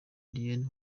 julienne